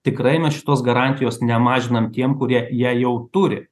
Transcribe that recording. tikrai mes šitos garantijos nemažinam tiem kurie ją jau turi